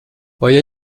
vai